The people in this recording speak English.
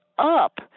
up